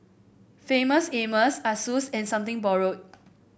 Famous Amos Asus and Something Borrowed